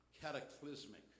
cataclysmic